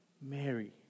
Mary